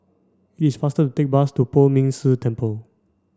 it is faster to take the bus to Poh Ming Tse Temple